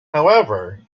however